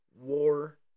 war